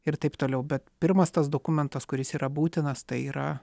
ir taip toliau bet pirmas tas dokumentas kuris yra būtinas tai yra